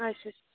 अच्छै